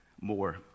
more